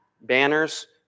banners